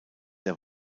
der